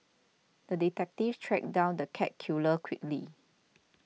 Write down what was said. the detective tracked down the cat killer quickly